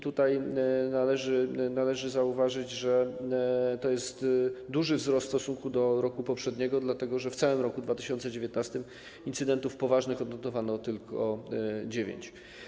Tutaj należy zauważyć, że to jest duży wzrost w stosunku do roku poprzedniego, dlatego że w całym roku 2019 incydentów poważnych odnotowano tylko 9.